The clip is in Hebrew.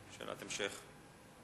שאלת המשך.